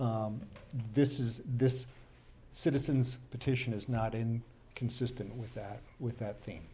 this is this citizens petition is not in consistent with that with that th